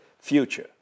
future